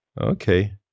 Okay